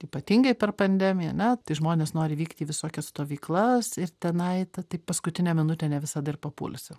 ypatingai per pandemiją ane tai žmonės nori vykti į visokias stovyklas ir tenai ta taip paskutinę minutę ne visada ir papulsi